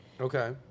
Okay